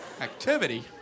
Activity